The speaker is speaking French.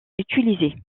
utilisées